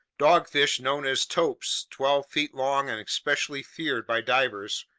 dogfish known as topes, twelve feet long and especially feared by divers,